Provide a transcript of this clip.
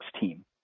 team